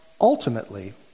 ultimately